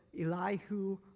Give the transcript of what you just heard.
Elihu